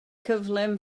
gyflym